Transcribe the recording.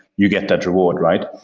you get that reward, right?